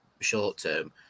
short-term